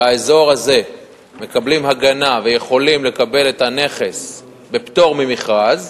באזור הזה מקבלים הגנה ויכולים לקבל את הנכס בפטור ממכרז,